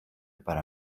para